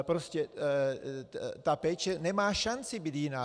Prostě ta péče nemá šanci být jiná.